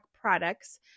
products